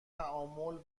تعامل